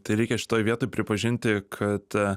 tai reikia šitoj vietoj pripažinti kad